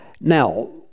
Now